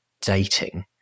dating